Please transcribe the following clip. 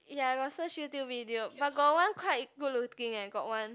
ya I got search YouTube video but got one quite good looking eh got one